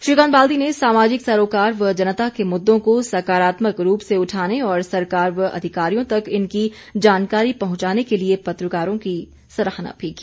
श्रीकांत बाल्दी ने सामाजिक सरोकार व जनता के मुद्दों को सकारात्मक रूप से उठाने और सरकार व अधिकारियों तक इनकी जानकारी पहुंचाने के लिए पत्रकारों की सराहना भी की